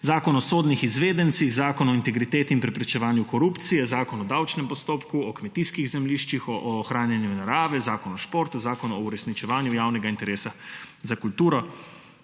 Zakon o sodnih izvedencih, Zakon o integriteti in preprečevanju korupcije, Zakon o davčnem postopku, Zakon o kmetijskih zemljiščih, Zakon o ohranjanju narave, Zakon o športu, Zakon o uresničevanju javnega interesa za kulturo